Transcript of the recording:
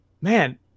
man